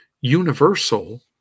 universal